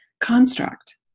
construct